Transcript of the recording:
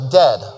dead